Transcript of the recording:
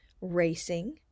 racing